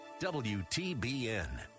WTBN